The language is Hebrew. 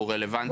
הוא רלוונטי.